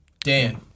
Dan